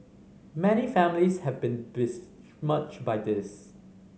many families have been by this